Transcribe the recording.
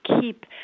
keep